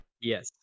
yes